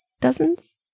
Dozens